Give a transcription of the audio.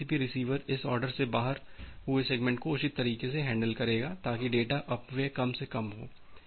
तो यह TCP receiver इस आर्डर से बाहर हुए सेगमेंट को उचित तरीके से हैंडल करेगा ताकि डेटा अपव्यय कम से कम हो